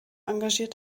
engagiert